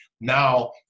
Now